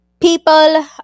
people